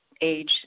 age